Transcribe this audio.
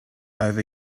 over